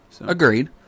Agreed